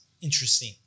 interesting